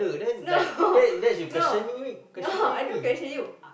no no no I don't question you I